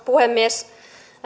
puhemies